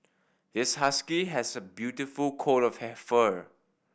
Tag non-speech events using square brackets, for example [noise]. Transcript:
this husky has a beautiful coat of [unintelligible] fur